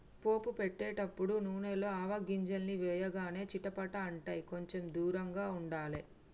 పోపు పెట్టేటపుడు నూనెల ఆవగింజల్ని వేయగానే చిటపట అంటాయ్, కొంచెం దూరంగా ఉండాలే